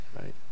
right